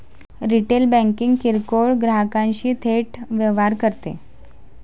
retail banking किरकोळ ग्राहकांशी थेट व्यवहार करते